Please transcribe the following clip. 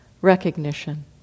recognition